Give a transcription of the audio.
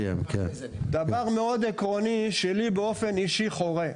דבר מאוד עקרוני שלי באופן אישי חורה.